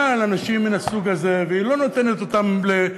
על אנשים מן הסוג הזה ולא נותנת להיות למרמס